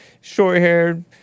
short-haired